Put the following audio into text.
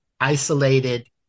isolated